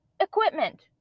equipment